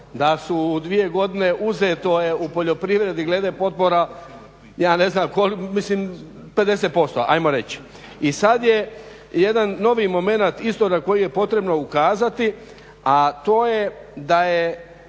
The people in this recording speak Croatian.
da su dvije godine uzeto je u poljoprivredi glede potpora mislim 50% ajmo reći i sada je novi momenat isto na koji je potrebno ukazati, a to je da ovih